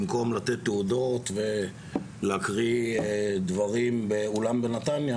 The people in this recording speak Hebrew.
במקום לתת תעודות ולהקריא דברים באולם בנתניה,